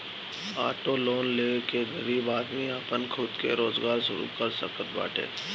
auto loan ले के गरीब आदमी आपन खुद के रोजगार शुरू कर सकत बाटे